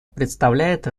представляет